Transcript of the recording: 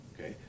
Okay